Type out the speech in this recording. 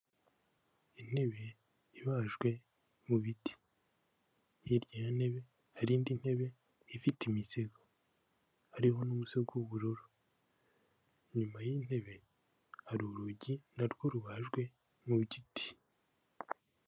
Intebe ibajwe mu biti, hirya y'iyo ntebe hari indi ntebe ifite imisego hariho n'umusego w'ubururu, inyuma y'iyo ntebe hari urugi na rwo rubajwe mu giti.